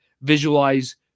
visualize